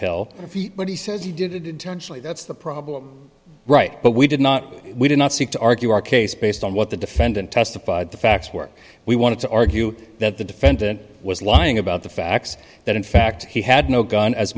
when he says he did it intentionally that's the problem right but we did not we did not seek to argue our case based on what the defendant testified the facts work we want to argue that the defendant was lying about the facts that in fact he had no gun as